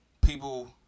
people